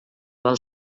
del